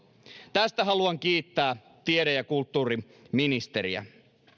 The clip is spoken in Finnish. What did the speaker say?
tästä haluan kiittää tiede ja kulttuuriministeriä